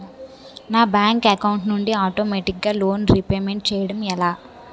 నా bank account నుండి ఆటోమేటిగ్గా లోన్ రీపేమెంట్ చేయడం ఎలా?